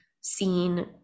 seen